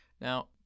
Now